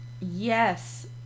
yes